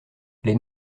les